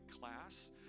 class